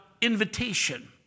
invitation